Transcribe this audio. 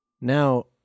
Now